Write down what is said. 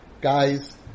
guys